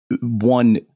One